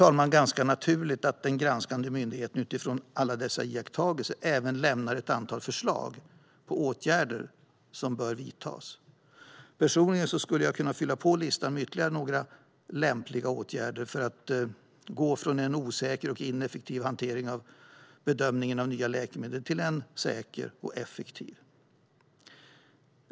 Det är ganska naturligt att den granskande myndigheten utifrån alla dessa iakttagelser även lämnar ett antal förslag på åtgärder som bör vidtas. Personligen skulle jag kunna fylla på listan med ytterligare några lämpliga åtgärder för att gå från en osäker och ineffektiv hantering av bedömningen av nya läkemedel till en säker och effektiv.